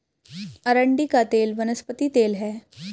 अरंडी का तेल वनस्पति तेल है